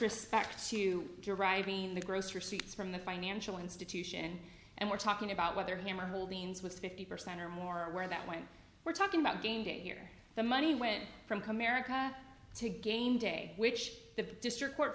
respect to deriving the gross receipts from the financial institution and we're talking about whether him or holdings with fifty percent or more aware that when we're talking about game day here the money went from comerica to game day which the district court